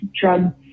Drug